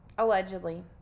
Allegedly